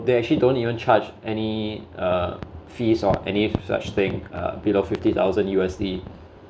they actually don't even charge any uh fees or any such thing uh below fifty thousand U_S_D